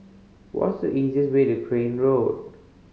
what's the easiest way to Crane Road